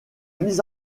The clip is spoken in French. mise